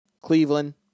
Cleveland